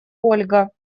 ольга